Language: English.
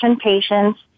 patients